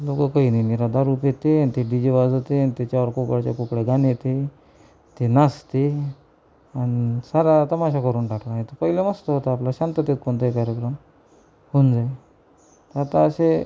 लोक काही नाही ते दारू पिते अन ते डी जे वाजवते आणि त्याच्यावर पोकळच्या पोकळ गाणे लावते आणि ते नाचते सारा तमाशा करून टाकलाय तर पहिलं मस्त होतं आपलं शांततेत कोणताही कार्यक्रम होऊन जाई आता असे